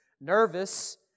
nervous